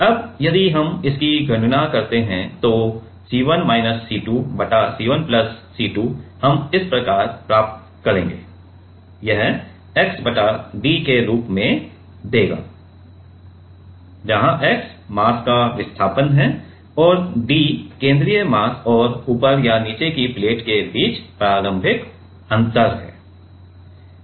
अब यदि हम इसकी गणना करते हैं तो C1 माइनस C2 बटा C1 प्लस C2 हम इस प्रकार प्राप्त करेंगे यह x बटा d के रूप में देगा x मास का विस्थापन है और d केंद्रीय मास और ऊपर या नीचे की प्लेट के बीच प्रारंभिक अंतर है